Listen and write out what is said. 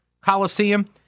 Coliseum